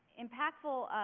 impactful